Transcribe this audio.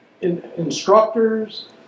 instructors